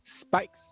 Spikes